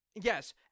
Yes